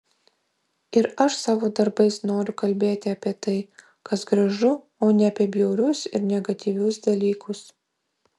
ir aš savo darbais noriu kalbėti apie tai kas gražu o ne apie bjaurius ir negatyvius dalykus